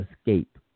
escape